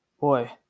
boy